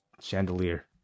chandelier